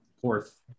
fourth